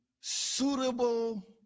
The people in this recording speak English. suitable